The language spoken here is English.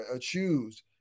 choose